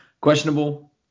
questionable